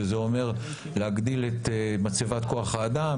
שזה אומר להגדיל את מצבת כוח האדם,